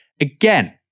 again